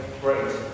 great